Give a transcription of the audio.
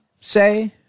say